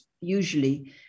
usually